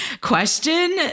question